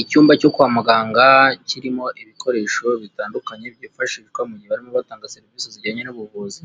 Icyumba cyo kwa muganga kirimo ibikoresho bitandukanye byifashishwa mu gihe barimo batanga serivisi zijyanye n'ubuvuzi,